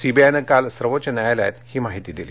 सीबीआयनं काल सर्वोच्च न्यायालयात ही माहिती दिली